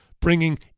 bringing